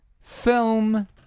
film